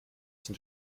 sind